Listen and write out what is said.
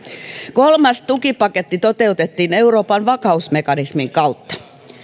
kolmas tukipaketti toteutettiin euroopan vakausmekanismin kautta